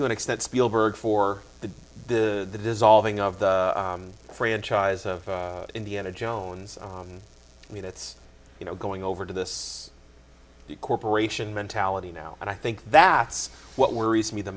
to an extent spielberg for the the dissolving of the franchise of indiana jones i mean that's you know going over to this corporation mentality now and i think that what worries me the